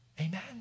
Amen